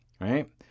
right